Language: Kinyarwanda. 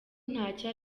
ntacyo